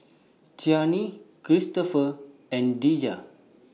Chanie Christop and Deja